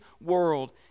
world